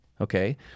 Okay